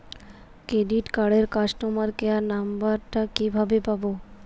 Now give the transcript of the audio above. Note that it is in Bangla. ক্রেডিট কার্ডের কাস্টমার কেয়ার নম্বর টা কিভাবে পাবো?